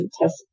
test